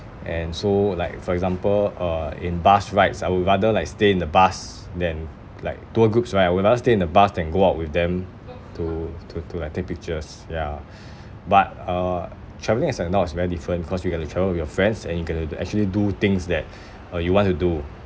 and so like for example uh in bus rides I would rather like stay in the bus than like tour groups right I would rather stay in the bus than go out with them to to to like take pictures ya but uh travelling as an adult is very different cause you get to travel with your friends and you get to do actually do things that uh you want to do